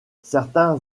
certains